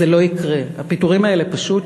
זה לא יקרה, הפיטורים האלה פשוט